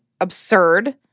absurd